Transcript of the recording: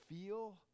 feel